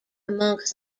amongst